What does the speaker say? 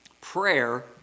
Prayer